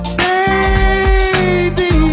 baby